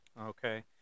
Okay